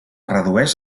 redueix